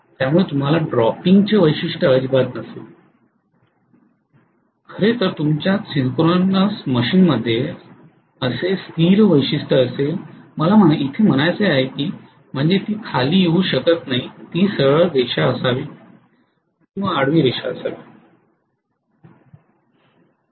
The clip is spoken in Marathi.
त्यामुळे तुम्हाला ड्रॉपिंग चे वैशिष्ट्य अजिबात नसेल खरेतर तुमच्यात सिन्क्रोनस मशीन मध्ये असे स्थिर वैशिष्ट्य असेल मला असे म्हणायचे आहे की म्हणजे ती खाली येऊ शकत नाही ती सरळ रेषा असावी आडवी रेषा असावी